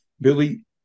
billy